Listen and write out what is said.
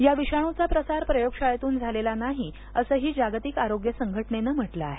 या विषाणूचा प्रसार प्रयोगशाळेतून झालेला नाही असंही जागतिक आरोग्य संघटनेनं म्हटलं आहे